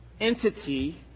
entity